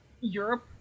Europe